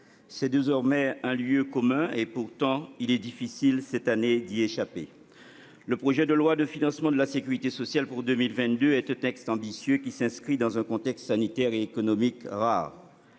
c'est désormais un lieu commun, et pourtant il est difficile cette année d'y échapper : le projet de loi de financement de la sécurité sociale pour 2022 est un texte ambitieux qui s'inscrit dans un contexte sanitaire et économique rare.